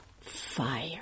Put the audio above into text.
fire